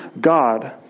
God